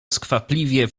skwapliwie